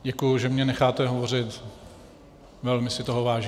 Děkuji, že mě necháte hovořit, velmi si toho vážím.